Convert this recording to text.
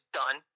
done